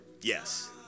yes